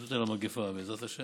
וההשתלטות על המגפה, בעזרת השם.